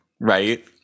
right